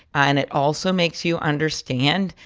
and it also makes you understand.